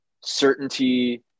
certainty